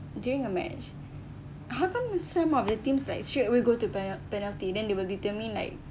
during a match how come some of the teams like straightaway go to penal~ penalty then they will determine like